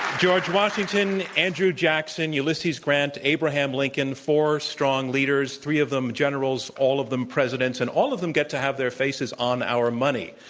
george washington, andrew jackson, ulysses grant, abraham lincoln four strong leaders, three of them generals, all of them presidents, and all of them get to have their faces on our money,